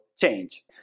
change